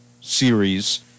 series